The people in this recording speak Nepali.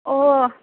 ओ